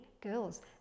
girls